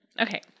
okay